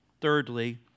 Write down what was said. Thirdly